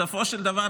בסופו של דבר,